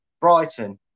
Brighton